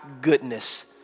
goodness